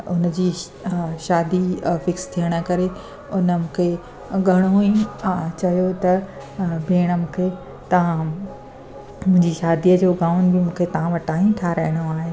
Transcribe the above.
हुनजी शादी फिक्स थियण जे करे उन मूंखे घणो ई चयो त भेण मूंखे तव्हां मुंहिंजी शादीअ जो गाउन बि मूंखे तव्हां वटां ई ठाहिराइणो आहे